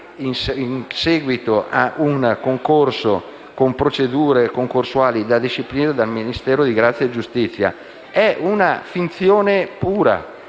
in seguito a un concorso con procedure concorsuali per discipline dal Ministero di grazia e giustizia, sono una finzione pura.